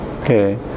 okay